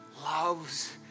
loves